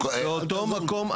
באותו מקום.